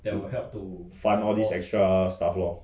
fund all this extra stuff lor